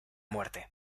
muerte